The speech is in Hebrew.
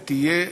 ותהיה תמיד,